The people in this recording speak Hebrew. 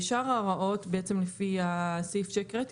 שאר ההוראות בעצם לפי הסעיף שהקראתי,